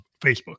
Facebook